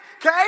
okay